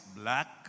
black